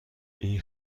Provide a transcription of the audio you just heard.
این